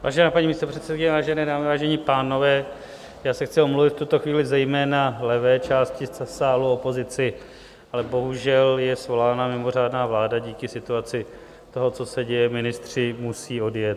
Vážená paní místopředsedkyně, vážené dámy, vážení pánové, já se chci omluvit v tuto chvíli zejména levé části sálu, opozici, ale bohužel je svolána mimořádná vláda díky situaci toho, co se děje, ministři musí odjet.